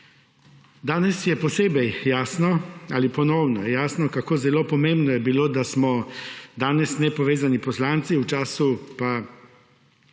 Danes je posebej jasno ali ponovno je jasno, kako zelo pomembno je bilo, da smo danes nepovezani poslancu, v času pa